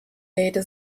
rede